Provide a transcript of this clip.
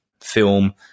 film